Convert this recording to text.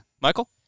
Michael